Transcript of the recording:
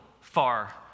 far